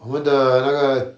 我们的那个